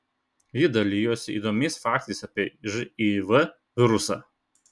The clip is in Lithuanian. ji dalijosi įdomiais faktais apie živ virusą